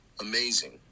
Amazing